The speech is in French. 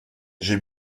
j’ai